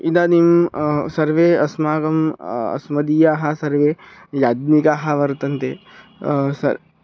इदानीं सर्वे अस्माकम् अस्मदीयाः सर्वे याज्ञिकाः वर्तन्ते स